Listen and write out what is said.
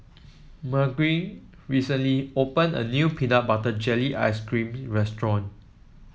Margurite recently opened a new Peanut Butter Jelly Ice cream restaurant